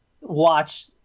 Watch